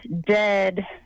dead